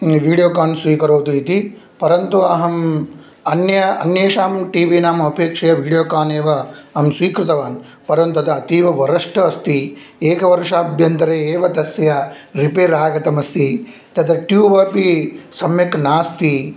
Videocon स्वीकरोतु इति परन्तु अहम् अन्य अन्येषां टीवी नामपेक्षया वीडियोकान् एव अहं स्वीकृतवान् परं तद् अतीव वर्स्ट् अस्ति एकवर्षाभ्यन्तरे एव तस्य रिपेयर् आगतमस्ति तद् ट्यूब् अपि सम्यक् नास्ति